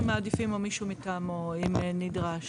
אנחנו מעדיפים מישהו מטעמו, אם נדרש.